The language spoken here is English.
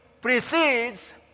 precedes